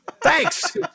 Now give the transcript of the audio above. Thanks